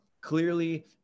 clearly